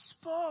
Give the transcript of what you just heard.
spoke